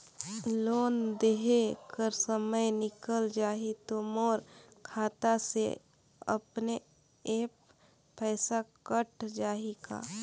Loan देहे कर समय निकल जाही तो मोर खाता से अपने एप्प पइसा कट जाही का?